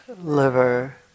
liver